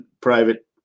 private